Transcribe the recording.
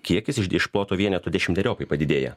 kiekis iš ploto vienetų dešimteriopai padidėja